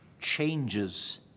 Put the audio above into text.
changes